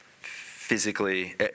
physically